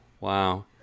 Wow